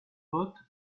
vote